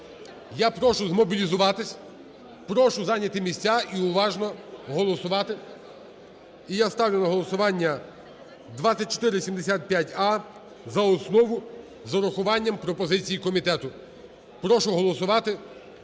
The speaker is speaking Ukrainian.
Я прошу змобілізуватись, прошу зайняти місця і уважно голосувати. І я ставлю на голосування 2475а за основу, з урахуванням пропозицій комітету. Прошу голосувати,